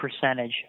percentage